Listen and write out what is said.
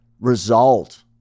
result